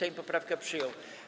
Sejm poprawkę przyjął.